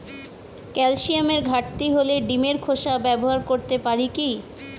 ক্যালসিয়ামের ঘাটতি হলে ডিমের খোসা ব্যবহার করতে পারি কি?